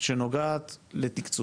שנוגעת לתקצוב,